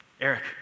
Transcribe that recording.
Eric